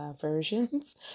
versions